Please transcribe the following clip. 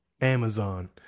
Amazon